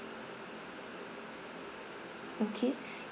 okay